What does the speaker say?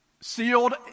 sealed